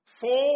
Four